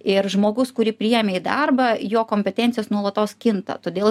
ir žmogus kurį priėmė į darbą jo kompetencijos nuolatos kinta todėl